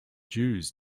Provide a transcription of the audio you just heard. jews